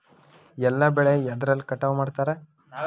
ಎಲ್ಲ ಬೆಳೆ ಎದ್ರಲೆ ಕಟಾವು ಮಾಡ್ತಾರ್?